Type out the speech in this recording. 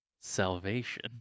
salvation